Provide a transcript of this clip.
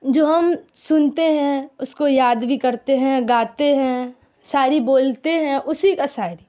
جو ہم سنتے ہیں اس کو یاد بھی کرتے ہیں گاتے ہیں شاعری بولتے ہیں اسی کا شاعری